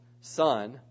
son